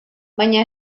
baina